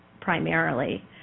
primarily